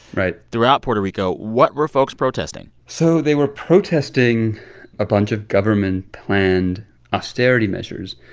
right. throughout puerto rico. what were folks protesting? so they were protesting a bunch of government-planned austerity measures.